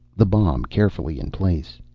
the bomb carefully in place.